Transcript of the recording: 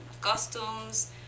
costumes